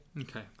Okay